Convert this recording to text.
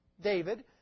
David